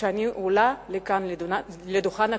כשאני עולה לכאן לדוכן הכנסת,